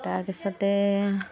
তাৰ পিছতে